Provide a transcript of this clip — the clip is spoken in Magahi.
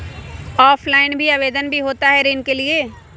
ऑफलाइन भी आवेदन भी होता है ऋण के लिए?